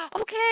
okay